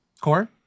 Core